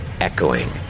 echoing